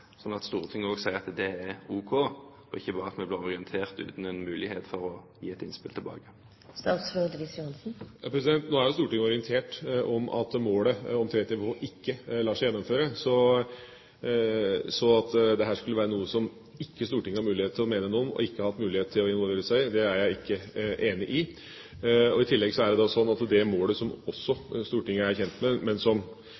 at Stortinget også kan si at det er ok – ikke bare bli orientert uten noen mulighet til å gi et innspill tilbake. Nå er jo Stortinget orientert om at målet om 3 TWh ikke lar seg gjennomføre. Så at dette skulle være noe som Stortinget ikke har noen mulighet til å mene noe om eller involvere seg i, er jeg ikke enig i. I tillegg er det målet – som Stortinget også er kjent med, og som